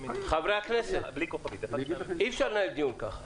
הכנסת, אי אפשר לנהל ככה דיון.